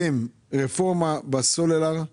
נילחם במלחמת חורמה עליו ועל משרד התקשורת עד שירדו מהנושא הזה.